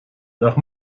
nach